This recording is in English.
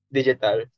Digital